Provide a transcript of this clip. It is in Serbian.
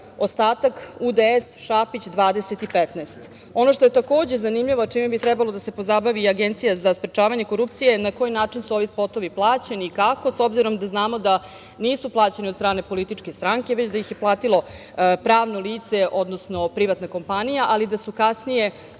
ostatak UDS, Šapić 20 i 15.Ono što je takođe zanimljivo, čime bi trebalo da se pozabavi Agencija za sprečavanje korupcije je na koji način su ovi spotovi plaćeni i kako, s obzirom da znamo da nisu plaćeni od strane političke stranke, već da ih je platilo pravno lice, odnosno privatna kompanija, ali da su kasnije